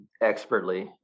expertly